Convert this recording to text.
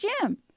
gym